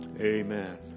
Amen